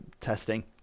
testing